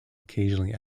occasionally